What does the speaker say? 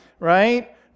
right